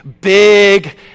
big